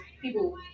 people